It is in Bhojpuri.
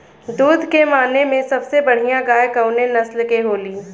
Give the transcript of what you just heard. दुध के माने मे सबसे बढ़ियां गाय कवने नस्ल के होली?